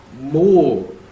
more